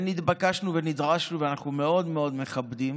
נתבקשנו ונדרשנו, ואנחנו מאוד מאוד מכבדים